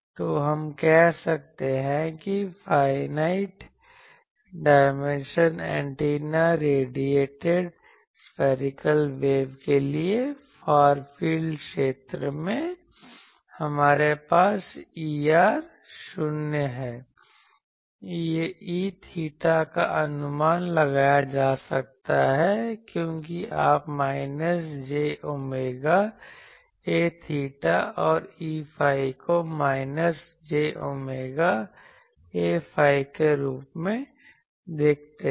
तो हम कह सकते हैं कि finite dimension antenna radiated spherical wave के लिए फार फील्ड क्षेत्र में हमारे पास Er 0 है E𝚹 का अनुमान लगाया जा सकता है क्योंकि आप माइनस j ओमेगा A𝚹 और Eϕ को माइनस j ओमेगा Aϕ के रूप में देखते हैं